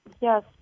yes